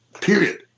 period